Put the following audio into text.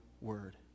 word